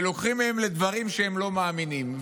ולוקחים מהם לדברים שהם לא מאמינים בהם.